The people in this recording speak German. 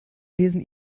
lesen